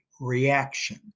reaction